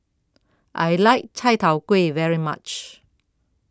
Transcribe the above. I like Chai Tow Kuay very much